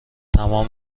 تمام